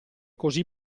così